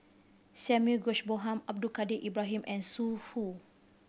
Samuel George Bonham Abdul Kadir Ibrahim and Zhu Hu